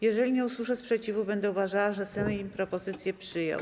Jeżeli nie usłyszę sprzeciwu, będę uważała, że Sejm propozycję przyjął.